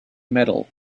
metal